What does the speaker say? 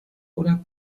oder